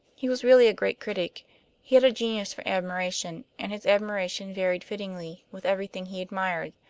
he was really a great critic he had a genius for admiration, and his admiration varied fittingly with everything he admired.